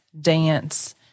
dance